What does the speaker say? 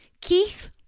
Keith